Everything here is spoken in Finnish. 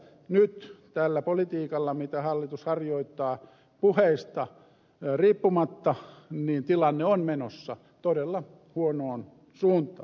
nyt tällä politiikalla mitä hallitus harjoittaa puheista riippumatta tilanne on menossa todella huonoon suuntaan